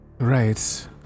Right